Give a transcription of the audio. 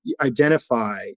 identify